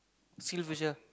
SkillsFuture